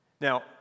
Now